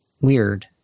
weird